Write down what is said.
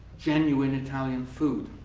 genuine italian food.